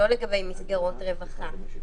לא לגבי מסגרות רווחה.